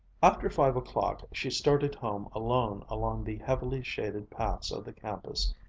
after five o'clock she started home alone along the heavily shaded paths of the campus,